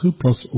plus